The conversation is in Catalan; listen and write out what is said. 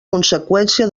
conseqüència